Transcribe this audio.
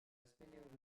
spéléologie